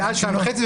דעתי פחות נוחה מזה,